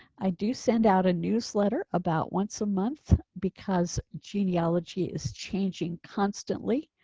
i do send out a newsletter about once a month because genealogy is changing constantly.